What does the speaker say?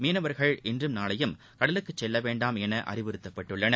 மீனவர்கள் இன்றும் நாளையும் கடலுக்குள் செல்லவேண்டாம் என அறிவறுத்தப்பட்டுள்ளனர்